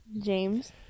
james